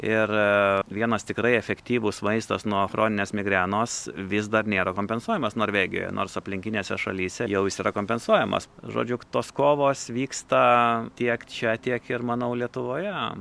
ir vienas tikrai efektyvus vaistas nuo frontinės migrenos vis dar nėra kompensuojamas norvegijoje nors aplinkinėse šalyse jau jis yra kompensuojamas žodžiu tos kovos vyksta tiek čia tiek ir manau lietuvoje